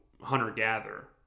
hunter-gatherer